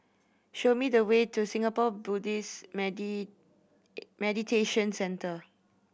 show me the way to Singapore Buddhist Meditation Centre